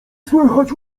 słychać